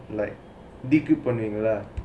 like recruit பண்வீங்களே:panveenggalae lah